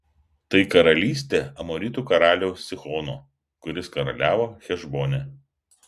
tai karalystė amoritų karaliaus sihono kuris karaliavo hešbone